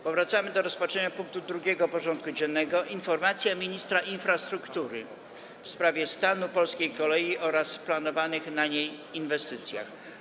Powracamy do rozpatrzenia punktu 2. porządku dziennego: Informacja ministra infrastruktury w sprawie stanu polskiej kolei oraz planowanych na niej inwestycji.